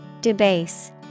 Debase